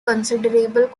considerable